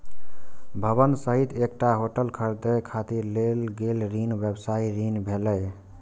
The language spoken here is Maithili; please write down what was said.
भवन सहित एकटा होटल खरीदै खातिर लेल गेल ऋण व्यवसायी ऋण भेलै